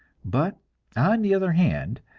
but on the other hand,